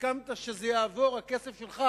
הסכמת שהכסף שלך